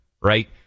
right